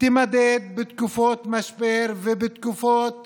תימדד בתקופות משבר ובתקופות